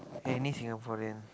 any Singaporean